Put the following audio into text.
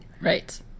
Right